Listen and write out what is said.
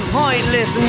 pointless